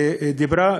ודיברה,